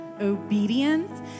obedience